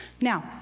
Now